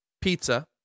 Pizza